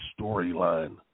storyline